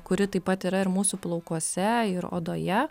kuri taip pat yra ir mūsų plaukuose ir odoje